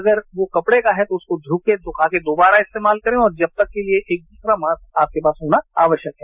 अगर वो कपड़े का है तो उसे धोकर सुखाकर दोबारा इस्तेमाल करे और जब तक के लिए एक दूसरा मास्क आपके पास होना आवश्यक है